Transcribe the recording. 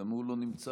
גם הוא לא נמצא.